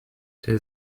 der